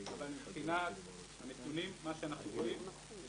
אבל מבחינת נתונים מה שאנחנו רואים זה